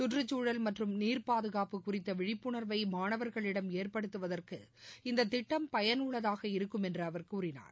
கற்றுக்சூழல் மற்றும் நீர்பாதுகாப்பு குறித்த விழிப்புணர்வை மாணவர்களிடம் ஏற்படுத்துவதற்கு இந்த திட்டம் பயனுள்ளதாக இருக்கும் என்று அவர் கூறினார்